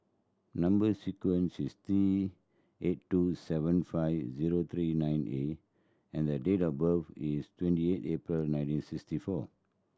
number sequence is T eight two seven five zero three nine A and date of birth is twenty eight April nineteen sixty four